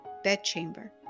bedchamber